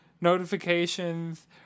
notifications